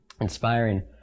inspiring